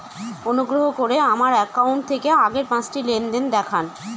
অনুগ্রহ করে আমার অ্যাকাউন্ট থেকে আগের পাঁচটি লেনদেন দেখান